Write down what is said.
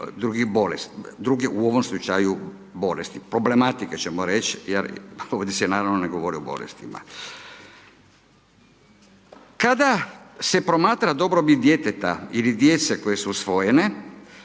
drugih, u ovom slučaju bolesti, problematike ćemo reći jer ovdje se naravno ne govori o bolestima. Kada se promatra dobrobit djeteta ili djece koje su usvojene